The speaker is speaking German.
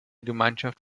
gemeinschaft